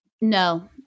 No